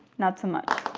not so much.